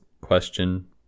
question